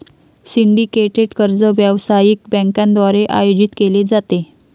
syndicated कर्ज व्यावसायिक बँकांद्वारे आयोजित केले जाते